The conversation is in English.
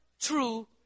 true